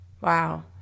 Wow